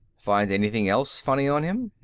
find anything else funny on him?